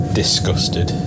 disgusted